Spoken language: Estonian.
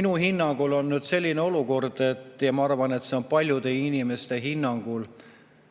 minu hinnangul on nüüd selline olukord – ja ma arvan, et see on nii paljude inimeste hinnangul